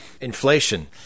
Inflation